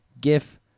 GIF